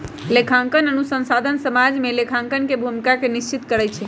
लेखांकन अनुसंधान समाज में लेखांकन के भूमिका के निश्चित करइ छै